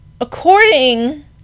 According